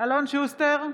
אלון שוסטר,